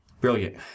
Brilliant